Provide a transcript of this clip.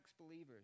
believers